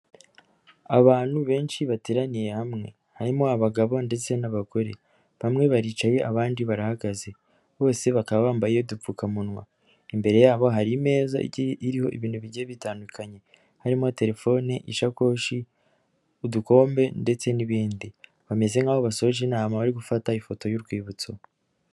Abantu benshi bateraniye hamwe harimo abagabo ndetse n'abagore bamwe baricaye abandi barahagaze bose bakaba bambaye udupfukamunwa, imbere yabo hari imeza igiye iriho ibintu bigiye bitandukanye harimo telefone, ishakoshi, udukombe ndetse n'ibindi. Bameze nk'aho basoje inama bari gufata ifoto y'urwibutso.